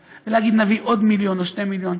ולהגיד: נביא עוד מיליון או 2 מיליון.